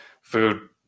food